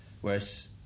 Whereas